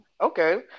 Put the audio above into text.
okay